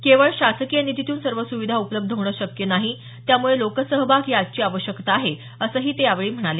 केवळ शासकीय निधीतून सर्व सुविधा उपलब्ध होणं शक्य नाही त्यामुळेच लोकसहभाग ही आजची आवश्यकता आहे असंही ते यावेळी म्हणाले